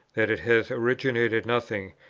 that it has originated nothing,